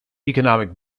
economic